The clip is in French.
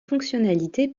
fonctionnalité